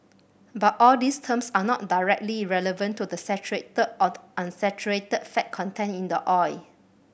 but all these terms are not directly relevant to the saturated or unsaturated fat content in the oil